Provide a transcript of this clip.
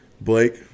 Blake